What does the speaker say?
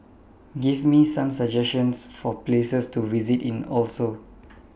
Give Me Some suggestions For Places to visit in Oslo